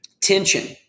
tension